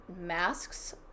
masks